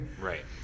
Right